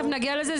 תיכף נגיע לזה.